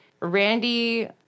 Randy